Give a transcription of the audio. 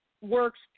works